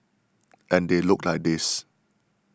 and they look like this